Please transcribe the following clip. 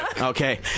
Okay